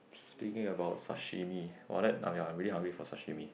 speaking about sashimi !wah! let ya I'm very hungry for sashimi